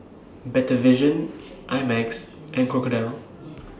Better Vision I Max and Crocodile